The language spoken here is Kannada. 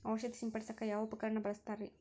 ಔಷಧಿ ಸಿಂಪಡಿಸಕ ಯಾವ ಉಪಕರಣ ಬಳಸುತ್ತಾರಿ?